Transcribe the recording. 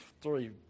three